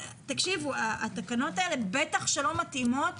תקשיבו, התקנות האלה בטח שלא מתאימות